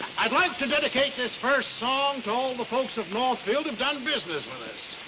i'd like to dedicate this first song to all the folks of northfield who've done business with us.